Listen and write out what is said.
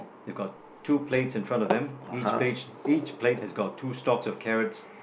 they got two plates in front of them each plate each plate has got two stocks of carrots